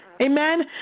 Amen